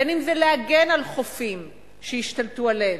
בין שזה להגן על חופים שהשתלטו עליהם,